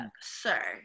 Sir